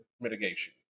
mitigation